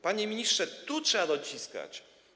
Panie ministrze, tu trzeba dociskać.